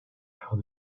how